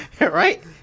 right